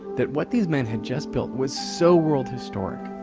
that what these men had just built was so world-historic,